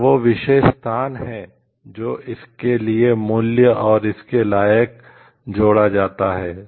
यह वह विशेष स्थान है जो इसके लिए मूल्य और इसके लायक जोड़ा जाता है